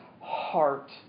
heart